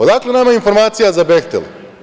Odakle nama informacija za „Behtel“